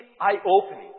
eye-opening